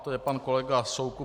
To je pan kolega Soukup.